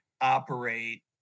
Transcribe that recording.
operate